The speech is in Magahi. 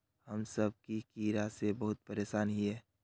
हम सब की कीड़ा से बहुत परेशान हिये?